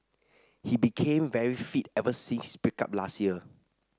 he became very fit ever since his break up last year